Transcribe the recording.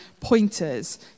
pointers